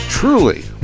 truly